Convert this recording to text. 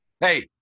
hey